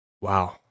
Wow